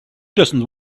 doesn’t